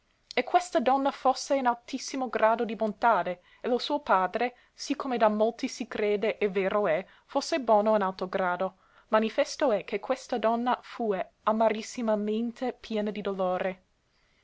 e questa donna fosse in altissimo grado di bontade e lo suo padre sì come da molti si crede e vero è fosse bono in alto grado manifesto è che questa donna fue amarissimamente piena di dolore